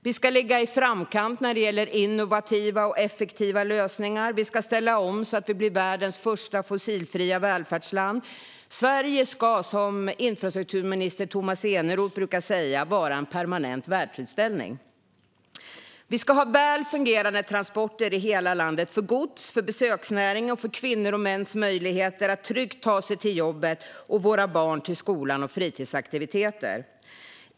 Vi ska ligga i framkant när det gäller innovativa och effektiva lösningar. Vi ska ställa om så att vi blir världens första fossilfria välfärdsland. Sverige ska, som infrastrukturminister Tomas Eneroth brukar säga, vara en permanent världsutställning. Vi ska ha väl fungerande transporter i hela landet för gods, för besöksnäring och för kvinnors och mäns möjligheter att tryggt ta sig till jobbet och för våra barns möjligheter att ta sig till skolan och fritidsaktiviteter.